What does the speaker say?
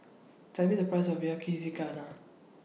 Tell Me The Price of Yakizakana